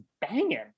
banging